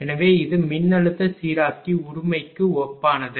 எனவே இது மின்னழுத்த சீராக்கி உரிமைக்கு ஒப்பானது